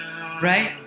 right